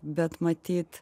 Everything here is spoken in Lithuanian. bet matyt